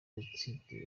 yatsindiye